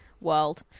world